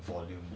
volume